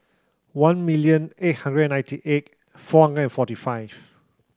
one million eight hundred and ninety eight four hundred and forty five